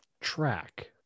track